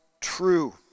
true